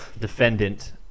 defendant